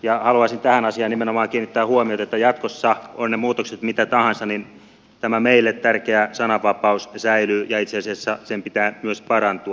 haluaisin tähän asiaan nimenomaan kiinnittää huomiota että jatkossa ovat ne muutokset mitä tahansa tämä meille tärkeä sananvapaus säilyy ja itse asiassa sen pitää myös parantua